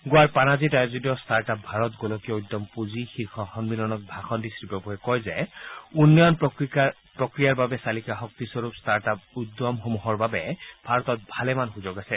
গোৱাৰ পানাজীত আয়োজিত ষ্টাৰ্টআপ ভাৰত গোলকীয় উদ্যম পুঁজি শীৰ্ষ সম্মিলনত ভাষণ দি শ্ৰীপ্ৰভুৱে কয় যে বিকাশ উন্নয়ন প্ৰক্ৰিয়াৰ বাবে চালিকা শক্তিস্বৰূপ ট্টাৰ্টআপ উদ্যমসমূহৰ বাবে ভাৰতত ভালেমান সুযোগ আছে